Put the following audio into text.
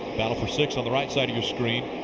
battle for sixth on the right side of your screen.